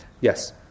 Yes